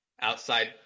outside